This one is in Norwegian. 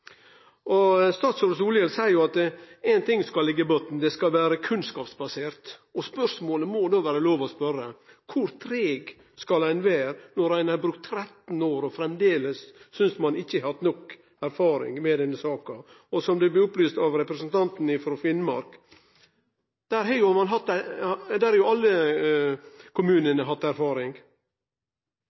seier at ein ting skal liggje i botn: Det skal vere kunnskapsbasert. Spørsmålet som det då må vere lov å stille, er: Kor treig skal ein vere når ein har brukt 13 år og framleis ikkje synest at ein har fått nok erfaring med denne saka? Og som det blei opplyst av representanten Bakke-Jensen frå Finnmark: Der har